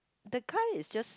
the kind is just